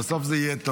בסוף זה יהיה טוב.